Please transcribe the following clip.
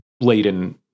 laden